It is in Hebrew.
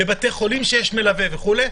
גם בבתי חולים לא נותנים.